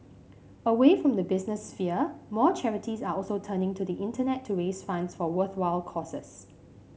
away from the business sphere more charities are also turning to the Internet to raise funds for worthwhile causes